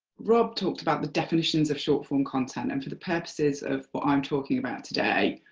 rob talked about the definitions of short form content, and for the purposes of what i'm talking about today,